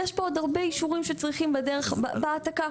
יש פה הרבה אישורים שצריכים בדרך בהעתקה.